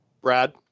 Brad